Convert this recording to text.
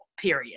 period